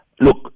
Look